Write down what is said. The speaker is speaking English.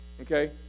okay